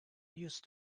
used